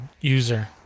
user